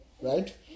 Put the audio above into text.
Right